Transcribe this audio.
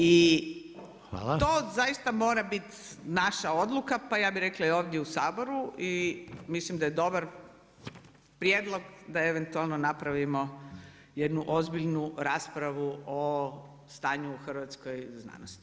I to zaista mora biti naša odluka pa ja bih rekla i ovdje u Saboru i mislim da je dobar prijedlog da eventualno napravimo jednu ozbiljnu raspravu o stanju u hrvatskoj znanosti.